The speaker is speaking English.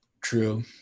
True